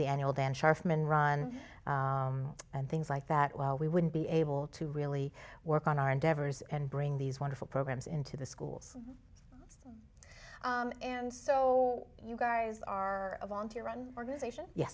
annual dan scharf and ron and things like that while we wouldn't be able to really work on our endeavors and bring these wonderful programs into the schools and so you guys are a volunteer run organization yes